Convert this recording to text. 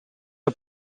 are